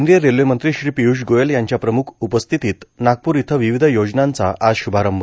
केंद्रीय रेल्वे मंत्री श्री पिय्रष गोयल यांच्या प्रमुख उपस्थितीत नागप्र इथं विविध योजनांचं उद्घाटन